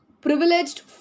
privileged